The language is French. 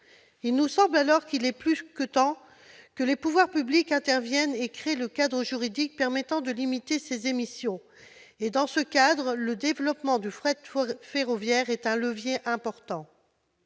Il nous semble dès lors qu'il est plus que temps que les pouvoirs publics interviennent et créent un cadre juridique qui permette de limiter ces émissions. Dans ce cadre, le développement du fret ferroviaire est un levier important.